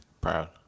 Proud